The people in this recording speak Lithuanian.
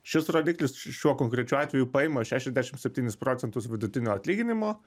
šis rodiklis šiuo konkrečiu atveju paima šešiasdešim septynis procentus vidutinio atlyginimo